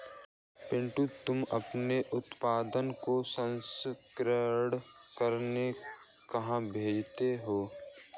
पिंटू तुम अपने उत्पादन को प्रसंस्करण करने कहां भेजते हो?